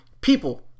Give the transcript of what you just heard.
People